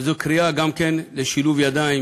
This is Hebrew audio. וזו קריאה לשילוב ידיים,